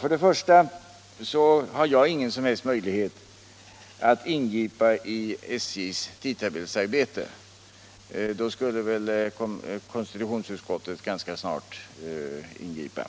Först vill jag säga att jag inte har någon som helst möjlighet att ingripa i SJ:s tidtabellsarbete. Då skulle väl konstitutionsutskottet ganska snart ingripa.